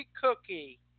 Cookie